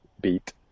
beat